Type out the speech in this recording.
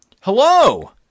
Hello